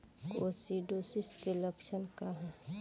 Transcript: Coccidiosis के लक्षण का ह?